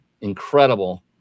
incredible